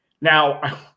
Now